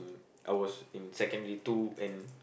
I was in secondary two and